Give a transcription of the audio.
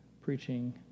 preaching